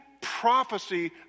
prophecy